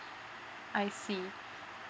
I see